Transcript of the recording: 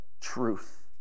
truth